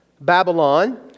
Babylon